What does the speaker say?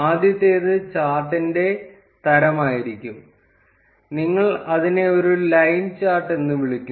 ആദ്യത്തേത് ചാർട്ടിന്റെ തരമായിരിക്കും നിങ്ങൾ അതിനെ ഒരു ലൈൻ ചാർട്ട് എന്ന് വിളിക്കുന്നു